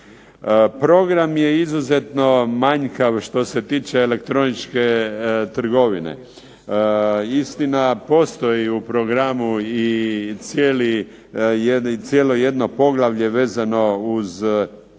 Program je izuzetno manjkav što se tiče elektroničke trgovine. Istina, postoji u programu i cijeli, cijelo jedno poglavlje vezano uz elektroničku